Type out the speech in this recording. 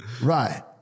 Right